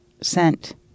sent